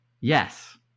yes